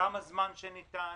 כמה זמן שניתן,